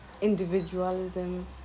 individualism